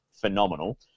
phenomenal